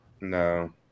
No